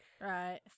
Right